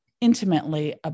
intimately